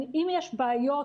אם יש בעיות,